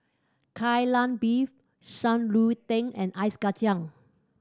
Kai Lan Beef Shan Rui Tang and Ice Kachang